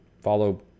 follow